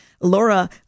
Laura